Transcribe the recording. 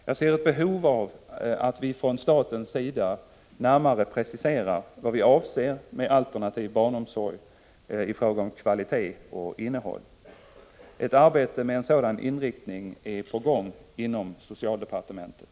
Jag ser ett behov av att vi från statens sida närmare preciserar vad vi avser med alternativ barnomsorg i fråga om kvalitet och innehåll. Ett arbete med en sådan inriktning är på gång inom socialdepartementet.